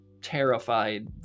terrified